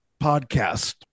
podcast